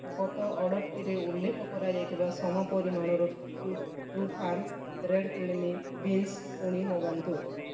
ଗତ ଅର୍ଡ଼ର୍ଟିରେ ଉଲ୍ଲେଖ କରାଯାଇଥିବା ସମ ପରିମାଣର True Farm red kidney beans ପୁଣି ମଗାନ୍ତୁ